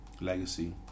Legacy